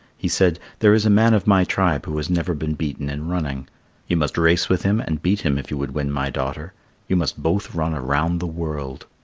he said, there is a man of my tribe who has never been beaten in running you must race with him and beat him if you would win my daughter you must both run around the world.